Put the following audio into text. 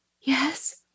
yes